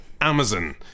Amazon